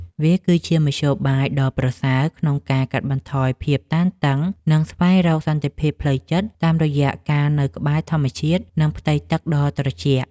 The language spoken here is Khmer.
វាគឺជាមធ្យោបាយដ៏ប្រសើរក្នុងការកាត់បន្ថយភាពតានតឹង និងស្វែងរកសន្តិភាពផ្លូវចិត្ត តាមរយៈការនៅក្បែរធម្មជាតិ និងផ្ទៃទឹកដ៏ត្រជាក់។